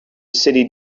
city